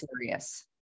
serious